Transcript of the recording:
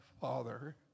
Father